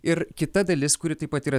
ir kita dalis kuri taip pat yra